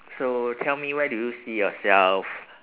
so tell me where do you see yourself